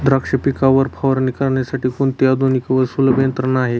द्राक्ष पिकावर फवारणी करण्यासाठी कोणती आधुनिक व सुलभ यंत्रणा आहे?